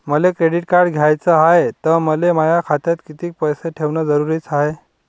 मले credit card घ्याचं हाय, त मले माया खात्यात कितीक पैसे ठेवणं जरुरीच हाय?